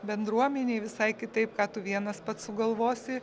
bendruomenei visai kitaip ką tu vienas pats sugalvosi